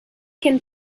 can